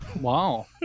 wow